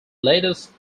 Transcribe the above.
latest